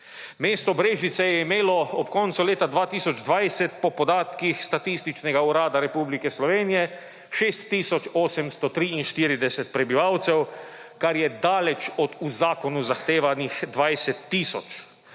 Mesto Brežice je imelo ob koncu leta 2020 po podatkih Statističnega urada Republike Slovenije 6 tisoč 843 prebivalcev, kar je daleč od v zakonu zahtevanih 20 tisoč.